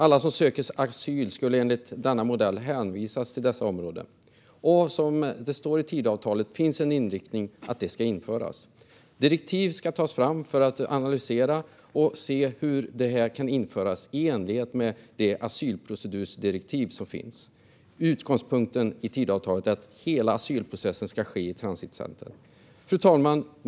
Alla som söker asyl skulle enligt denna modell hänvisas till dessa områden, och som det står i Tidöavtalet finns inriktningen att den ska införas. Direktiv ska tas fram för att analysera hur modellen kan införas i enlighet med det asylprocedurdirektiv som finns. Utgångspunkten i Tidöavtalet är att hela asylprocessen ska ske i transitcenter. Fru talman!